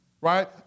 Right